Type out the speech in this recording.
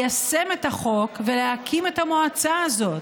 ליישם את החוק ולהקים את המועצה הזאת.